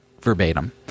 verbatim